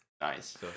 Nice